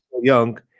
young